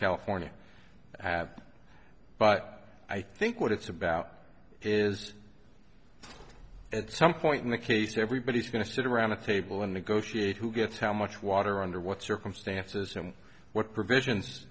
california have but i think what it's about is at some point in the case everybody's going to sit around a table and negotiate who gets how much water under what circumstances and what provisions